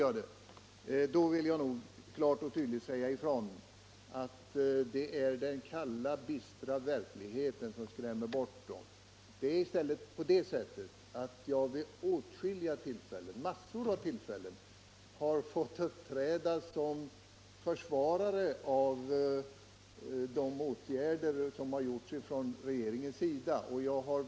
Jag vill emellertid klart och tydligt säga ifrån att det är den kalla och bistra verkligheten som skrämmer bort ungdomarna. Och det förhåller sig faktiskt så att jag vid massor av tillfällen har fått uppträda som försvarare av de åtgärder som regeringen vidtagit.